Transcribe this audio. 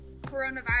coronavirus